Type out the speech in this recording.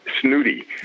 snooty